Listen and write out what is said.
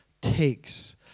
takes